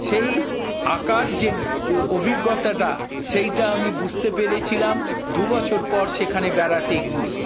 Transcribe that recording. সেই আঁকার যে অভিজ্ঞতাটা সেইটা আমি বুঝতে পেরেছিলাম দুবছর পর সেখানে বেড়াতে গিয়ে